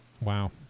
Wow